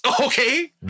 okay